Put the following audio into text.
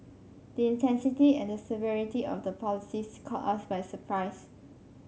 the intensity and the severity of the policies caught us by surprise